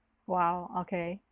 !wow! okay